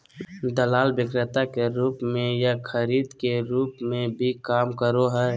दलाल विक्रेता के रूप में या खरीदार के रूप में भी काम करो हइ